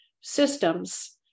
systems